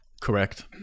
Correct